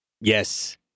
Yes